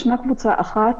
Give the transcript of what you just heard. יש קבוצה אחת,